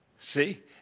See